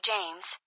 James